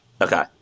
Okay